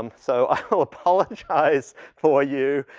um so i so apologize for you,